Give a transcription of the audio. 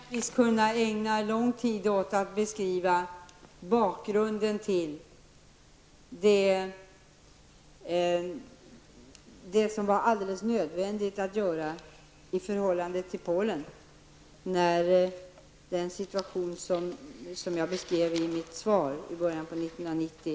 Fru talman! Jag skulle kunna ägna lång tid åt att beskriva bakgrunden till det som var alldeles nödvändigt att göra i förhållande till Polen när den situation som jag beskriver i mitt svar uppstod i början av år 1990.